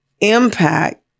impact